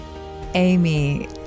Amy